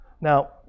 Now